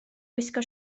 gwisgo